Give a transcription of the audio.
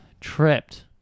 tripped